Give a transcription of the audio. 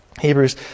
Hebrews